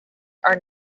are